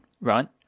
right